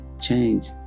change